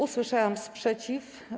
Usłyszałam sprzeciw.